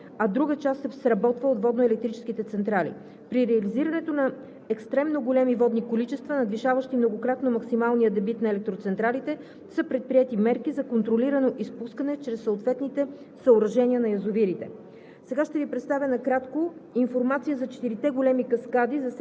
Превантивно освободеният обем бе използван да акумулира голяма част от оттока, а друга част се използва от водноелектрическите централи. При реализирането на екстремно големи водни количества, надвишаващи многократно максималния дебит на електроцентралите, са предприети мерки за контролирано изпускане чрез съответните съоръжения на язовирите.